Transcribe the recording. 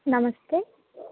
నమస్తే